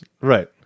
Right